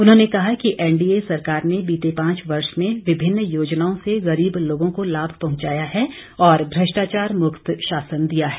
उन्होंने कहा कि एनडीए सरकार ने बीते पांच वर्षो में विभिन्न योजनाओं से गरीब लोगों को लाभ पहुंचाया है और भ्रष्टाचार मुक्त शासन दिया है